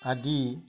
আদি